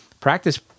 practice